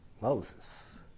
Moses